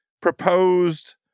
proposed